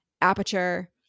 aperture